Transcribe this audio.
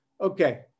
Okay